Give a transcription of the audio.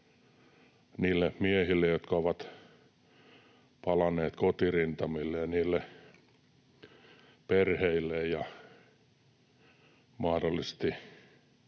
niille miehille, jotka ovat palanneet kotirintamille, ja mahdollisesti